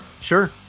Sure